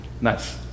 Nice